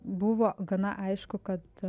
buvo gana aišku kad